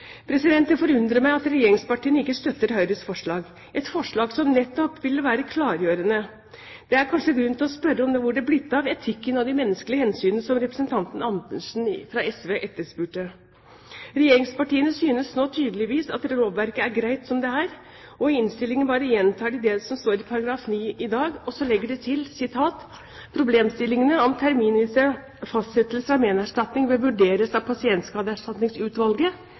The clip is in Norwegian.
forundrer meg at regjeringspartiene ikke støtter Høyres forslag, et forslag som nettopp ville være klargjørende. Det er kanskje grunn til å spørre hvor det er blitt av etikken og de menneskelige hensyn som representanten Andersen fra SV etterspurte. Regjeringspartiene synes nå tydeligvis at lovverket er greit som det er, og i innstillingen bare gjentar de det som står i § 3-9 i dag, og så legger de til: problemstillinga om terminvis fastsetting av ménerstatning bør vurderast av